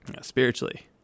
spiritually